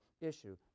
issue